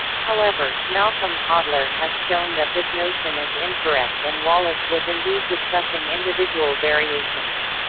however, malcolm kottler has shown that this notion is incorrect and wallace was indeed discussing individual variations.